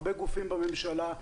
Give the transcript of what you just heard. הרבה גופים בממשלה,